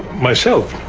myself?